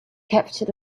capture